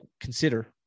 consider